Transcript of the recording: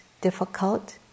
difficult